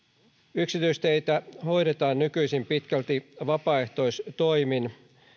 yksityisteitä hoidetaan nykyisin pitkälti vapaaehtoistoimin